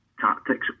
tactics